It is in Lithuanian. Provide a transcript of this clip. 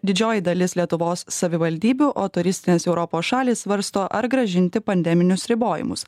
didžioji dalis lietuvos savivaldybių o turistinės europos šalys svarsto ar grąžinti pandeminius ribojimus